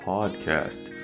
Podcast